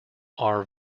are